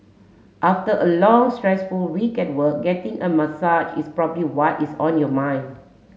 after a long stressful week at work getting a massage is probably what is on your mind